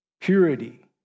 purity